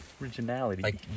Originality